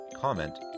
comment